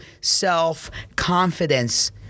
self-confidence